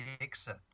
exit